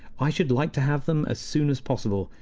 i should like to have them as soon as possible,